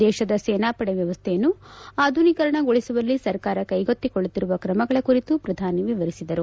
ದೇಶದ ಸೇನಾಪಡೆ ವ್ವವಸ್ಥೆಯ ಆಧುನೀಕರಣಗೊಳಿಸುವಲ್ಲಿ ಸರ್ಕಾರ ಕ್ಟೆಗೊಳ್ಳುತ್ತಿರುವ ಕ್ರಮಗಳ ಕುರಿತು ಪ್ರಧಾನಿ ವಿವರಿಸಿದರು